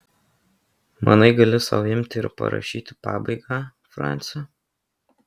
manai gali sau imti ir parašyti pabaigą franci